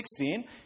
16